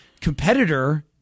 competitor